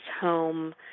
home